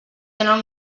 tenen